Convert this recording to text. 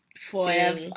forever